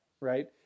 right